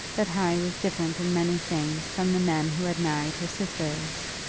that harry was different in many things from the men who had married her sisters,